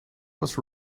was